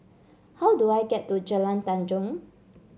how do I get to Jalan Tanjong